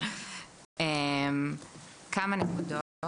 כמה נקודות.